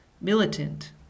militant